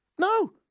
No